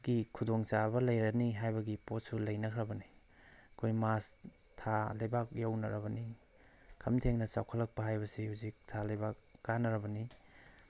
ꯒꯤ ꯈꯨꯨꯗꯣꯡꯆꯥꯕ ꯂꯩꯔꯅꯤ ꯍꯥꯏꯕꯒꯤ ꯄꯣꯠꯁꯨ ꯂꯩꯅꯈ꯭ꯔꯕꯅꯦ ꯑꯩꯈꯣꯏ ꯃꯥꯔꯁ ꯊꯥ ꯂꯩꯕꯥꯛ ꯌꯧꯅꯔꯕꯅꯤ ꯈꯝ ꯊꯦꯡꯅ ꯆꯥꯎꯈꯠꯂꯛꯄ ꯍꯥꯏꯕꯁꯤ ꯍꯧꯖꯤꯛ ꯊꯥ ꯂꯩꯕꯥꯛ ꯀꯥꯟꯅꯔꯕꯅꯤ